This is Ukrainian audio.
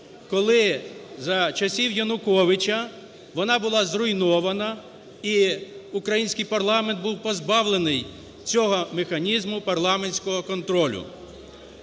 коли за часів Януковича вона була зруйнована і український парламент був позбавлений цього механізму парламентського контролю.